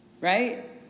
right